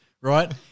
Right